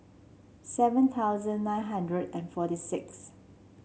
seven thousand nine hundred and forty six